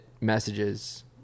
messages